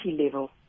level